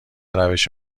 روش